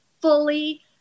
fully